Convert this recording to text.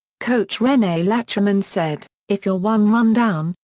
coach rene lachemann said, if you're one run down,